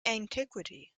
antiquity